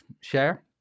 share